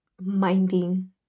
minding